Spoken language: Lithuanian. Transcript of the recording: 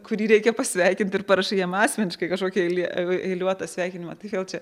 kurį reikia pasveikint ir parašai jam asmeniškai kažkokį eilė eiliuotą sveikinimą tai vėl čia